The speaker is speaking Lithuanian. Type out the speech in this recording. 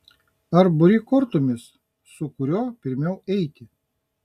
ar buri kortomis su kuriuo pirmiau eiti